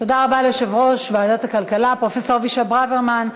תודה רבה ליושב-ראש ועדת הכלכלה פרופסור אבישי ברוורמן.